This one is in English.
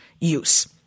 use